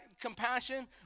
compassion